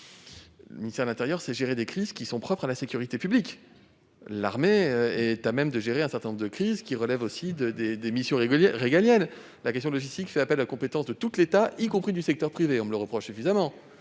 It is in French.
Le ministère de l'intérieur sait gérer des crises qui sont propres à la sécurité publique. L'armée est à même de gérer un certain nombre de crises qui relèvent aussi des missions régaliennes. La question de logistique, y compris du secteur privé, relève de la compétence de tout l'État- on me le reproche suffisamment.